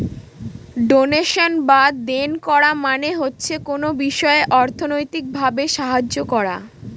donation বা দেন করা মানে হচ্ছে কোনো বিষয়ে অর্থনৈতিক ভাবে সাহায্য করা